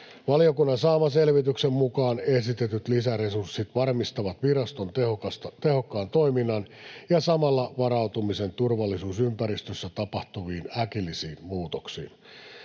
Valiokunnan saaman selvityksen mukaan esitetyt lisäresurssit varmistavat viraston tehokkaan toiminnan ja samalla varautumisen turvallisuusympäristössä tapahtuviin äkillisiin muutoksiin.